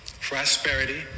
prosperity